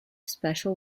special